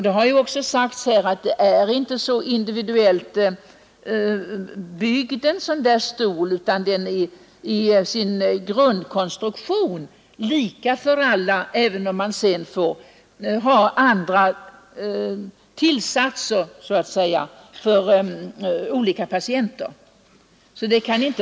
En sådan stol är inte så individuellt byggd; den är i sin grundkonstruktion lika för alla, även om man sedan får ha olika tillsatser för olika patienter.